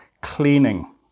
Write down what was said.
cleaning